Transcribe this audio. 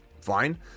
fine